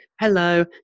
hello